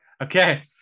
Okay